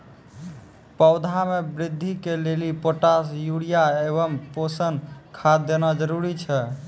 पौधा मे बृद्धि के लेली पोटास यूरिया एवं पोषण खाद देना जरूरी छै?